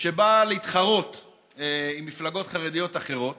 שבאה להתחרות במפלגות חרדיות אחרות